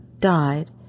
died